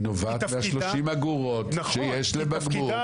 היא נובעת מ-30 אגורות שיש לבקבוק.